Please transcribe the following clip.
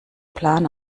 plan